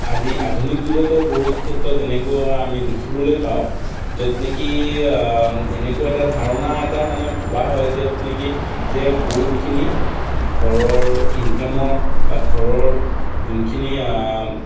আজি আধুনিক যুগতো বহুত ক্ষেত্ৰত এনেকুৱা আমি দেখিবলৈ পাওঁ য'ত নেকি এনেকুৱা এটা ধাৰণা এটা মানে ভবা হয় য'ত নেকি যে পুৰুষখিনি ঘৰৰ ইনকামৰ বা ঘৰৰ যোনখিনি